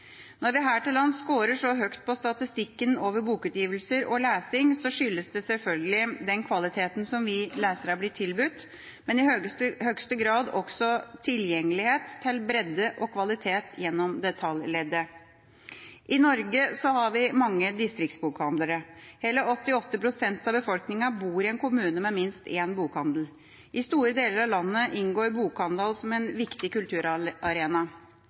Når vi her til lands skårer så høyt på statistikken over bokutgivelser og lesing, skyldes det selvfølgelig den kvaliteten vi som lesere blir tilbudt, men i høyeste grad også tilgjengelighet til bredde og kvalitet gjennom detaljleddet. I Norge har vi mange distriktsbokhandlere. Hele 88 pst. av befolkninga bor i en kommune med minst en bokhandel. I store deler av landet inngår bokhandelen som en viktig kulturarena.